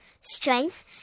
strength